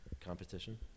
Competition